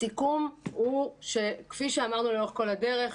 הסיכום הוא שכפי שאמרנו לאורך כל הדרך,